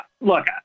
look